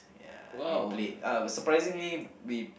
ya we played uh surprisingly we